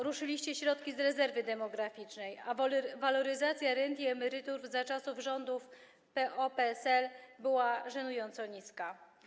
Ruszyliście środki z Funduszu Rezerwy Demograficznej, a waloryzacja rent i emerytur za czasów rządów PO-PSL była żenująco niska.